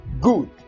Good